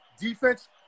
Defense